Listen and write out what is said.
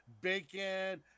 bacon